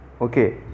Okay